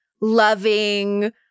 loving